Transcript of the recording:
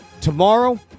tomorrow